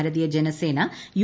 Bharatiya Janasena U